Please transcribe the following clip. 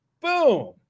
boom